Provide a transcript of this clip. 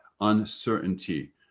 uncertainty